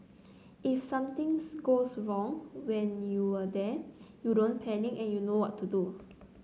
if somethings goes wrong when you were there you don't panic and you know what to do